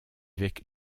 avec